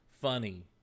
funny